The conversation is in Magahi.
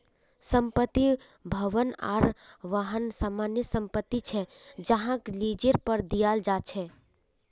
संपत्ति, भवन आर वाहन सामान्य संपत्ति छे जहाक लीजेर पर दियाल जा छे